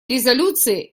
резолюции